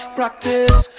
practice